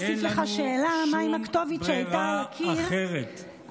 אין לנו שום ברירה אחרת.